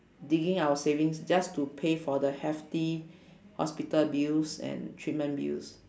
digging our savings just to pay for the hefty hospital bills and treatment bills